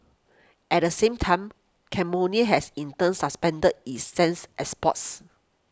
at the same time has in turn suspended its since exports